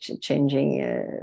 changing